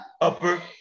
Upper